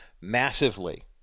massively